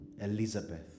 Elizabeth